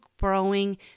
growing